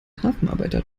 hafenarbeiter